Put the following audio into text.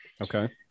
Okay